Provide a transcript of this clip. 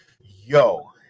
Yo